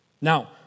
Now